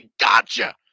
gotcha